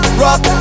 rock